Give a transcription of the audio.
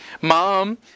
Mom